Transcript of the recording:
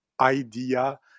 idea